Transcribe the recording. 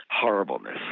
horribleness